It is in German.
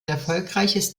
erfolgreiches